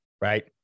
right